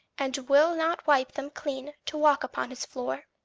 and will not wipe them clean to walk upon his floor!